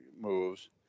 moves